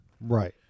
Right